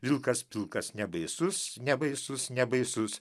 vilkas pilkas nebaisus nebaisus nebaisus